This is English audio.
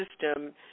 system